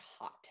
hot